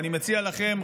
ואני מציע לכם,